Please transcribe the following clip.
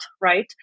right